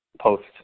post